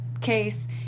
case